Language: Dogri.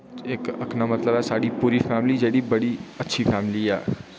इक आक्खने दा मतलब ऐ साढ़ी पूरी फैमली जेह्ड़ी बड़ी अच्छी फैमली ऐ